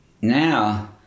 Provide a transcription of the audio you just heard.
now